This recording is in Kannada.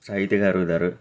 ಸಾಹಿತ್ಯಗಾರರು ಇದಾರೆ